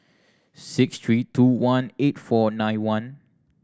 six three two one eight four nine one